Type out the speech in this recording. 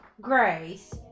Grace